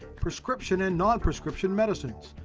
prescription and non-prescription medicines,